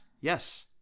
yes